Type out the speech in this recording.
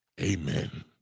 Amen